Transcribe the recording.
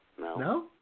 No